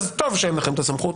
אז טוב שאין לכם את הסמכות,